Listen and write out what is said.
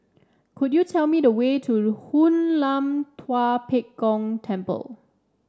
could you tell me the way to Hoon Lam Tua Pek Kong Temple